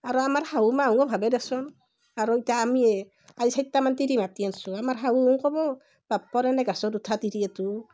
আৰু আমাৰ শাহু মাহুনো ভাবে দেচোন আৰু ইতা আমিয়ে আজি চাইট্টামান তিৰি মাতি আনিছোঁ আমাৰ শাহুহুন ক'ব বাপ্পাৰে এনে গাছত উঠা তিৰি এইটো